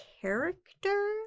character